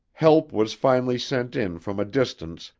help was finally sent in from a distance,